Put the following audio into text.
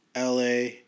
LA